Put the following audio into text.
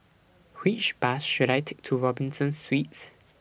Which Bus should I Take to Robinson Suites